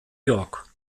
york